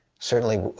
certainly